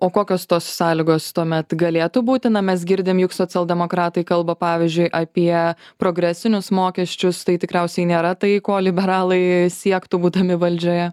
o kokios tos sąlygos tuomet galėtų būti na mes girdim juk socialdemokratai kalba pavyzdžiui apie progresinius mokesčius tai tikriausiai nėra tai ko liberalai siektų būdami valdžioje